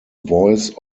voice